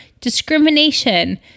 discrimination